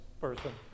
person